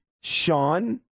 Sean